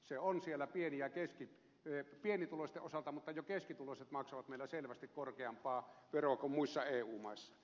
se on siellä pienituloisten osalta mutta jo keskituloiset maksavat meillä selvästi korkeampaa veroa kuin muissa eu maissa